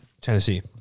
Tennessee